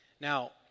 Now